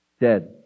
dead